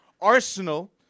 Arsenal